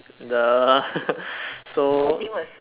the so